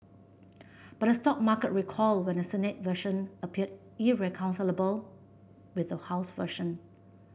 but the stock market recoiled when the Senate version appeared irreconcilable with the House version